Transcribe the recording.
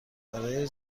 برای